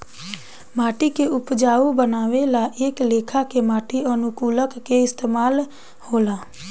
माटी के उपजाऊ बानवे ला कए लेखा के माटी अनुकूलक के इस्तमाल होला